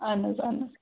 اہَن حظ اہَن حظ